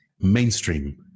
mainstream